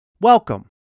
Welcome